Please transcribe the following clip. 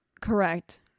correct